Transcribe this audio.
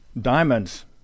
diamonds